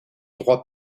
droit